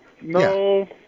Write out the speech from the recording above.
No